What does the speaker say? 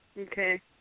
Okay